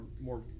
more